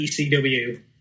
ECW